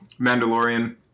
Mandalorian